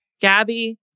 Gabby